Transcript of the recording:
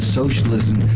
socialism